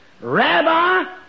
Rabbi